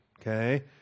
Okay